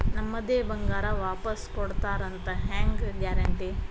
ನಮ್ಮದೇ ಬಂಗಾರ ವಾಪಸ್ ಕೊಡ್ತಾರಂತ ಹೆಂಗ್ ಗ್ಯಾರಂಟಿ?